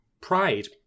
pride